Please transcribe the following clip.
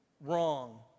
wrong